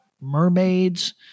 mermaids